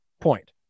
point